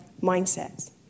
mindsets